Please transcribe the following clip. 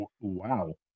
Wow